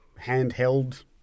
handheld